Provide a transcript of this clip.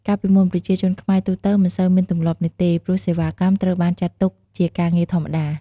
កាលពីមុន ប្រជាជនខ្មែរទូទៅមិនសូវមានទម្លាប់នេះទេ ព្រោះសេវាកម្មត្រូវបានចាត់ទុកជាការងារធម្មតា។